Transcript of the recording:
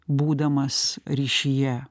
būdamas ryšyje